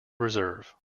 reserve